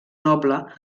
noble